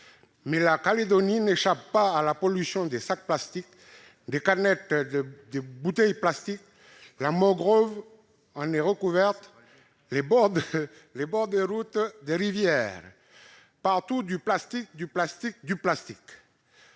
Mais la Calédonie n'échappe pas à la pollution des sacs plastiques, des canettes et des bouteilles en plastique. La mangrove en est recouverte, tout comme les bords des routes et les rivières. Partout du plastique, du plastique, du plastique